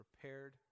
prepared